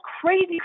crazy